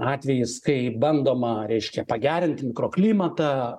atvejis kai bandoma reiškia pagerint mikroklimatą